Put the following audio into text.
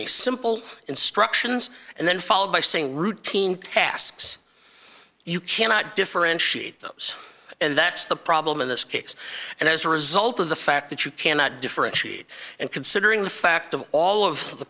me simple instructions and then followed by saying routine tasks you cannot differentiate those and that's the problem in this case and as a result of the fact that you cannot differentiate and considering the fact of all of the